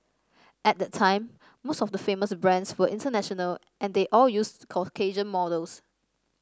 at that time most of the famous brands were international and they all used Caucasian models